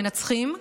מנצחים,